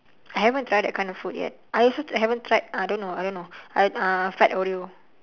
I haven't tried that kind of food yet I also haven't tried I don't know I don't know uh uh fried oreo